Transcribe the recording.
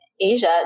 Asia